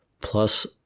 plus